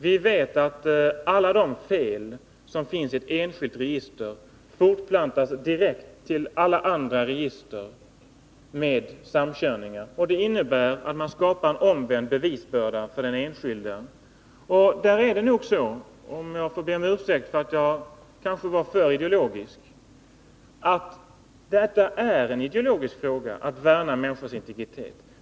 Vi vetaatt alla de fel som finns i ett enskilt register fortplantas direkt till alla andra register genom samkörning. Det innebär att man skapar en omvänd bevisbörda för den enskilde. Om jag får be om ursäkt för att jag kanske var alltför ideologisk tidigare, vill jag här säga: Det är en ideologisk fråga att värna om människors integritet.